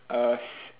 uh s~